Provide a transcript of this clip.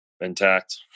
intact